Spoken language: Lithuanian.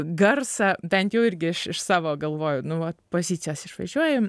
garsą bent jau irgi iš iš savo galvoju nu vat pozicijos išvažiuoji